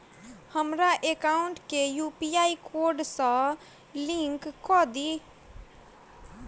हमरा एकाउंट केँ UPI code सअ लिंक कऽ दिऽ?